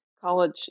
college